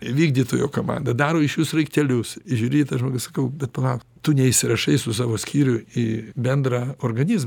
vykdytojų komanda daro iš jų sraigtelius žiūri į tą žmogų sakau bet palauk tu neįsirašai su savo skyriu į bendrą organizmą